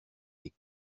des